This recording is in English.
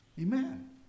amen